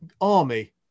army